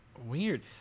weird